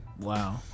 Wow